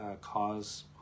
cause